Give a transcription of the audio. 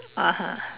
(uh huh)